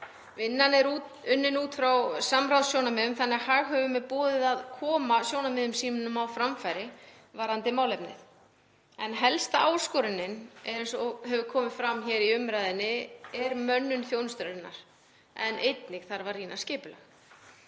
Vinnan er unnin út frá samráðssjónarmiðum þannig að haghöfum er boðið að koma sjónarmiðum sínum á framfæri varðandi málefnið en helsta áskorunin, eins og hefur komið fram í umræðunni, er mönnun þjónustunnar en einnig þarf að rýna skipulag.